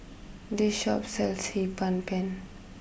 this Shop sells Hee Pan Pen